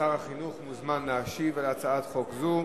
שר החינוך מוזמן להשיב על הצעת חוק זו.